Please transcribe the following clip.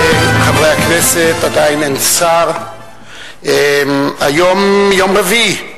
חברי חברי הכנסת, עדיין אין שר, היום יום רביעי,